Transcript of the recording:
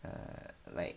err like